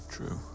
True